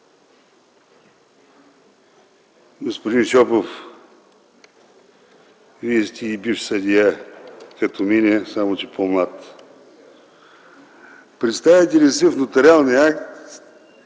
Представяте ли си в нотариалния акт